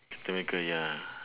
captain america ya